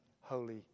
holy